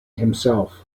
himself